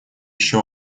еще